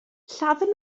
lladdon